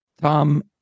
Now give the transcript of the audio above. Tom